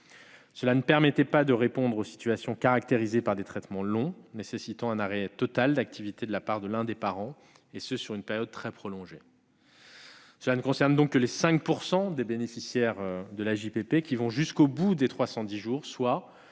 Cela ne permettait pas de répondre aux situations caractérisées par des traitements longs, nécessitant un arrêt total d'activité de la part de l'un des parents, et ce sur une période très prolongée. Cela ne concerne que les 5 % des bénéficiaires de l'AJPP qui vont jusqu'au bout des 310 jours, soit